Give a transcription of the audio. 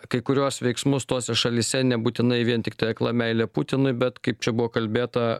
kai kuriuos veiksmus tose šalyse nebūtinai vien tiktai akla meilė putinui bet kaip čia buvo kalbėta